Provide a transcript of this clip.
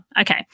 Okay